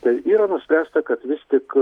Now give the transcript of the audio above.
tai yra nuspręsta kad vis tik